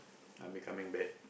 I'll be coming back